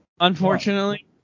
Unfortunately